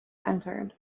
entered